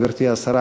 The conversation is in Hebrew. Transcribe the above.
גברתי השרה,